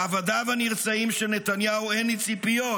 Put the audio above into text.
מעבדיו הנרצעים של נתניהו אין לי ציפיות,